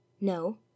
No